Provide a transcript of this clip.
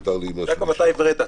מקבל את